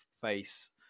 face